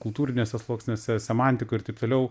kultūriniuose sluoksniuose semantikoj ir taip toliau